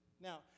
Now